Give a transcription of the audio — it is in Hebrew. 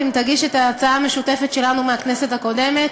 אם תגיש את ההצעה המשותפת שלנו מהכנסת הקודמת.